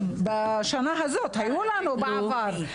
בשנה הזאת היו לנו בעבר.